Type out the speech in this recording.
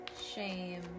shame